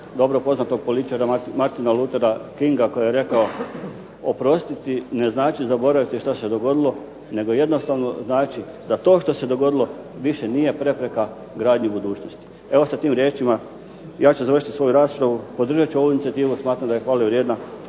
dobro poznatog političara Martina Luthera Kinga koji je rekao: "Oprostiti ne znači zaboraviti šta se dogodilo nego jednostavno znači da to što se dogodilo više nije prepreka gradnji budućnosti.". Evo, sa tim riječima ja ću završiti svoju raspravu. Podržat ću ovu inicijativu, smatram da je hvale vrijedna.